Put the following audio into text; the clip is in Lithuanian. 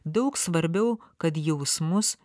daug svarbiau kad jausmus